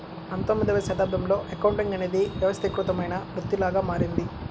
పంతొమ్మిదవ శతాబ్దంలో అకౌంటింగ్ అనేది వ్యవస్థీకృతమైన వృత్తిలాగా మారింది